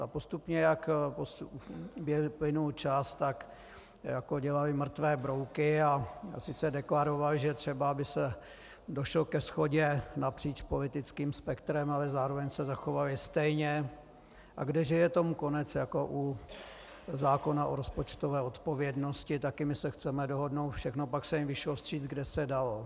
A postupně, jak plynul čas, tak jako dělali mrtvé brouky, a sice deklarovali, že je třeba, aby se došlo ke shodě napříč politickým spektrem, ale zároveň se zachovali stejně, a kde že je tomu konec jako u zákona o rozpočtové odpovědnosti, také my se chceme dohodnout, všechno, pak se jim vyšlo vstříc, kde se dalo.